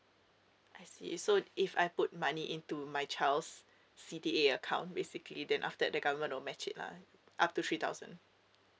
I see so if I put money into my child's C_D_A account basically then after that the government will match it lah up to three thousand